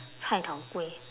cai tao kway